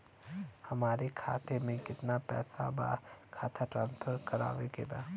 हमारे खाता में कितना पैसा बा खाता ट्रांसफर करावे के बा?